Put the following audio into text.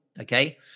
Okay